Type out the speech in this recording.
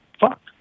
fuck